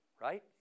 Right